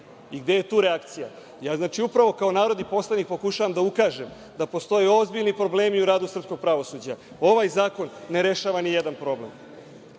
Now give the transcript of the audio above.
Gde je tu reakcija? Upravo kao narodni poslanik pokušavam da ukažem da postoje ozbiljni problemi u radu srpskog pravosuđa. Ovaj zakon ne rešava ni jedan problem. Problem